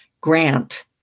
grant